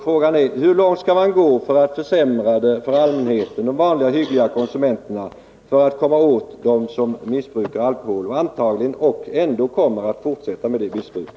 Frågan är: Hur långt skall man gå för att försämra för allmänheten, de vanliga, hyggliga konsumenterna, för att komma åt dem som missbrukar alkohol och antagligen ändå kommer att fortsätta med det missbruket?